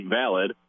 valid